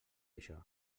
això